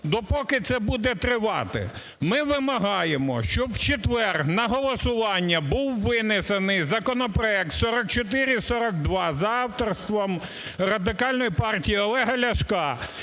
це буде тривати? Ми вимагаємо, щоб в четвер на голосування був винесений законопроект 4442 за авторством Радикальної партії Олега Ляшка,